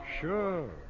sure